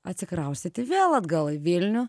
atsikraustyti vėl atgal į vilnių